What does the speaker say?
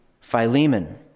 Philemon